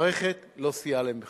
והמערכת לא סייעה להם בכך.